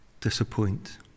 disappoint